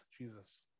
Jesus